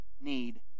need